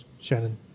Shannon